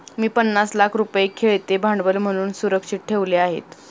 मी पन्नास लाख रुपये खेळते भांडवल म्हणून सुरक्षित ठेवले आहेत